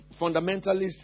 fundamentalists